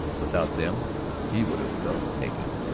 without them he would have felt naked.